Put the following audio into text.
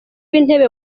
w’intebe